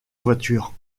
voiture